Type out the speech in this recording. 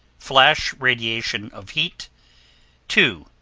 flash radiation of heat two.